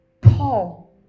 Paul